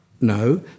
No